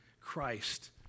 Christ